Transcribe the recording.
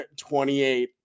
28